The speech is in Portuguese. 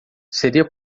seria